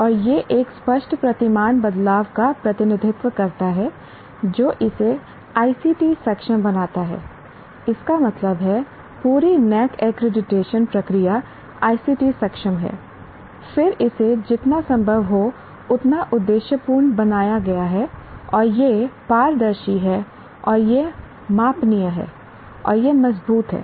और यह एक स्पष्ट प्रतिमान बदलाव का प्रतिनिधित्व करता है जो इसे ICT सक्षम बनाता है इसका मतलब है पूरी NAAC एक्रीडिटेशन प्रक्रिया ICT सक्षम है फिर इसे जितना संभव हो उतना उद्देश्यपूर्ण बनाया गया है और यह पारदर्शी है और यह मापनीय है और यह मजबूत है